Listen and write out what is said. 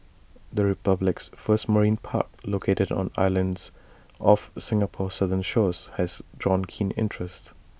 the republic's first marine park located on islands off Singapore's southern shores has drawn keen interest